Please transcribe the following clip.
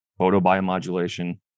photobiomodulation